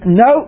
no